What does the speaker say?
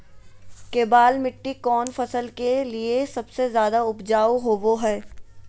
केबाल मिट्टी कौन फसल के लिए सबसे ज्यादा उपजाऊ होबो हय?